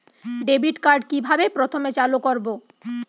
Debit card কিভাবে প্রথমে চালু করব?